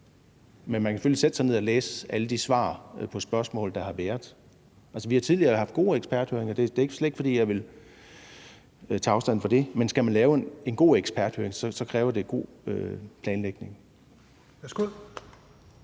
Men man kan selvfølgelig sætte sig ned og læse alle de svar på de spørgsmål, der har været. Vi har tidligere haft gode eksperthøringer – det er slet ikke, fordi jeg vil tage afstand fra det. Men skal man lave en god eksperthøring, kræver det god planlægning.